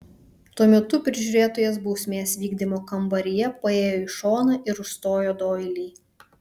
tuo metu prižiūrėtojas bausmės vykdymo kambaryje paėjo į šoną ir užstojo doilį